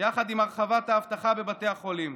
יחד עם הרחבת האבטחה בבתי החולים.